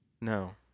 No